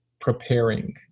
preparing